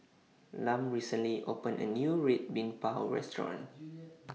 Lum recently opened A New Red Bean Bao Restaurant